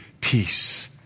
peace